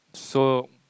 so